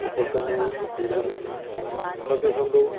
ഇപ്പോളത്തെ ന്യൂസ് കൂടുതലും സത്യസന്ധവും